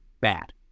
bad